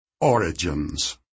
Origins